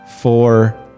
Four